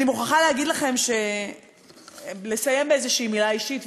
אני מוכרחה לסיים באיזו מילה אישית,